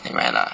nevermind lah